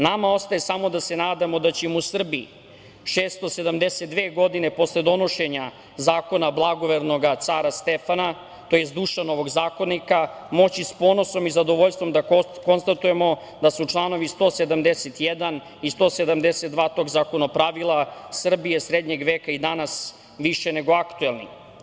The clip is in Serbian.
Nama ostaje samo da se nadamo da ćemo u Srbiji 672 godine posle donošenja Zakona blagovernoga cara Stefana, tj. Dušanovog zakonika, moći s ponosom i zadovoljstvom da konstatujemo da su članovi 171. i 172. tog zakonopravila Srbije srednjeg veka i danas više nego aktuelni.